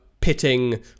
pitting